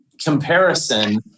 comparison